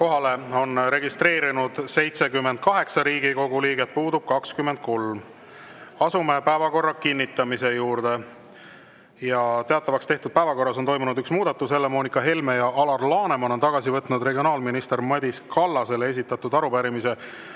Kohalolijaks on registreerunud 78 Riigikogu liiget, puudub 23.Asume päevakorra kinnitamise juurde. Teatavaks tehtud päevakorras on toimunud üks muudatus: Helle-Moonika Helme ja Alar Laneman on tagasi võtnud regionaalminister Madis Kallasele esitatud arupärimise